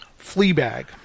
Fleabag